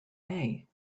may